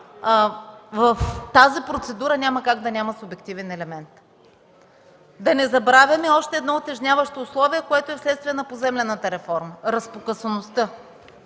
в тази процедура няма как да няма субективен елемент. Да не забравяме още едно утежняващо условие, което е вследствие на поземлената реформа – разпокъсаността.